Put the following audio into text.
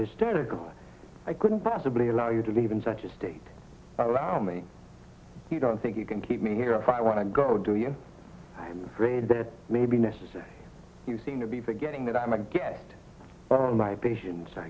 hysterical i couldn't possibly allow you to leave in such a state allow me you don't think you can keep me here if i want to go do you i'm afraid that may be necessary you seem to be forgetting that i'm a guest of my patients i